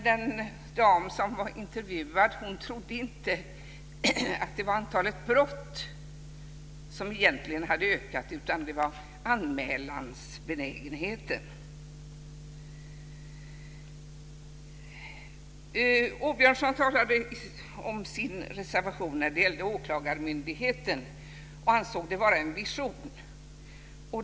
Den dam som var intervjuad trodde inte att antalet brott egentligen hade ökat utan anmälningsbenägenheten. Rolf Åbjörnsson talade om sin reservation om åklagarmyndigheten och ansåg det vara en vision.